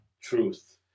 truth